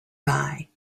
guy